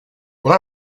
when